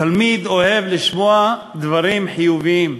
תלמיד אוהב לשמוע דברים חיוביים,